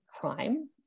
crime